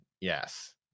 Yes